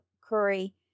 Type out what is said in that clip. Curry